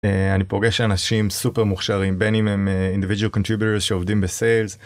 אני פוגש אנשים סופר מוכשרים בין אם הם individual contributors שעובדים בסיילס.